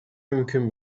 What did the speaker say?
mümkün